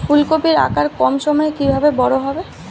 ফুলকপির আকার কম সময়ে কিভাবে বড় হবে?